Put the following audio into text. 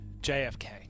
JFK